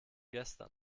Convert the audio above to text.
gestern